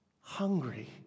hungry